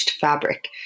fabric